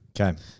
Okay